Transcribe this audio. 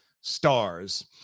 Stars